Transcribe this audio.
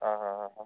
ആ ആ ആ ആ